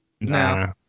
no